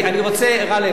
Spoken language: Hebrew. גאלב,